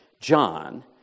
John